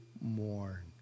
mourn